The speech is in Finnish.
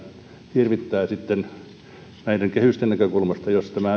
hirvittää näiden kehysten näkökulmasta jos tämä